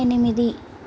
ఎనిమిది